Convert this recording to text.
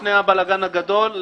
לפני הבלגן הגדול,